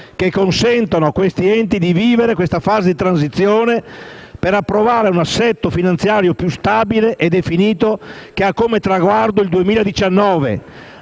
che consentono loro di vivere questa fase di transizione per approdare a un assetto finanziario più stabile e definito, che ha come traguardo il 2019.